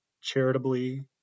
charitably